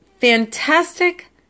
fantastic